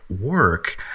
work